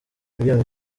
miliyoni